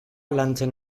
lantzen